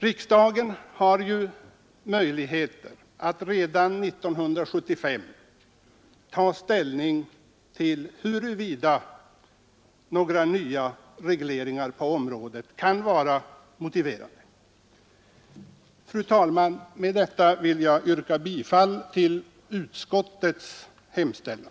Riksdagen har alltså möjligheter att redan 1975 ta ställning till huruvida några nya regleringar på området kan vara motiverade. Fru talman! Med detta vill jag yrka bifall till utskottets hemställan.